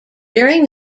during